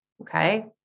Okay